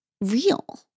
real